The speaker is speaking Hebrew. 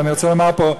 אני רוצה לומר פה,